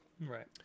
Right